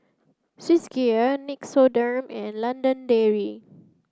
Swissgear Nixoderm and London Dairy